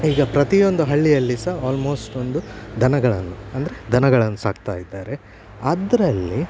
ಈಗ ಪ್ರತಿಯೊಂದು ಹಳ್ಳಿಯಲ್ಲಿ ಸಹ ಆಲ್ಮೋಸ್ಟ್ ಒಂದು ದನಗಳನ್ನು ಅಂದರೆ ದನಗಳನ್ನು ಸಾಕ್ತಾ ಇದ್ದಾರೆ ಅದರಲ್ಲಿ